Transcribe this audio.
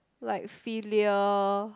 like filial